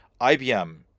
IBM